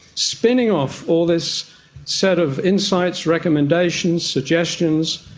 spinning off all this set of insights, recommendations, suggestions,